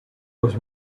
was